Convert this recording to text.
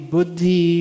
Buddhi